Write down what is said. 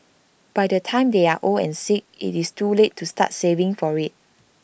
by the time they are old and sick IT is too late to start saving for IT